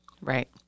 Right